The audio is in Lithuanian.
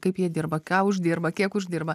kaip jie dirba ką uždirba kiek uždirba